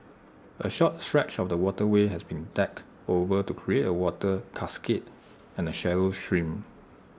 A short stretch of the waterway has been decked over to create A water cascade and A shallow stream